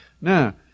Now